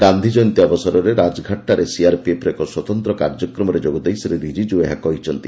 ଗାନ୍ଧୀ ଜୟନ୍ତୀ ଅବସରରେ ରାଜଘାଟଠାରେ ସିଆର୍ପିଏଫ୍ର ଏକ ସ୍ପତନ୍ତ୍ର କାର୍ଯ୍ୟକ୍ରମରେ ଯୋଗଦେଇ ଶ୍ରୀ ରିଜିଜ୍ଜୁ ଏହା କହିଛନ୍ତି